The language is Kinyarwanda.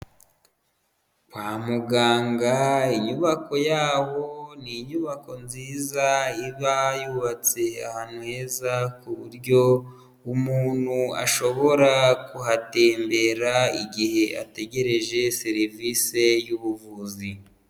Kwa muganga, inyubako yaho ni inyubako nziza, iba yubatse ahantu heza ku buryo umuntu ashobora kuhatembera igihe ategereje serivise y'ubuvuzi.